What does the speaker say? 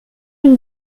une